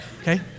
okay